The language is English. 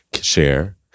Share